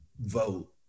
vote